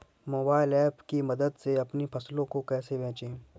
Mobile app की मदद से अपनी फसलों को कैसे बेचें?